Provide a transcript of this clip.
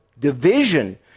division